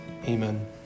Amen